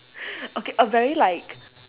okay a very like